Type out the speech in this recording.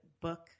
book